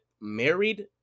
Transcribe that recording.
married